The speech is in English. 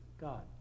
God